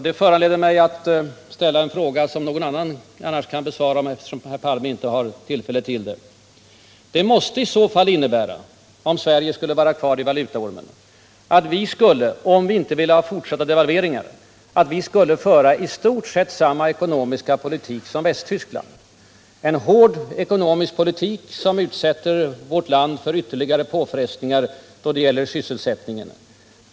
Det föranleder mig att ställa en fråga som någon annan kanske kan besvara, eftersom herr Palme inte har replikrätt. Om Sverige skulle vara kvar i valutaormen måste det i så fall innebära att vi, om vi inte ville ha fortsatta devalveringar, skulle föra i stort sett samma ekonomiska politik som Västtyskland, en hård ekonomisk politik som utsätter vårt land för ytterligare påfrestningar då det gäller sysselsättningen.